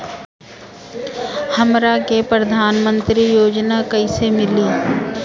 हमरा के प्रधानमंत्री योजना कईसे मिली?